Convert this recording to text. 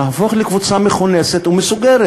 נהפוך לקבוצה מכונסת ומסוגרת.